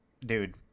Dude